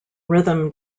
rhythm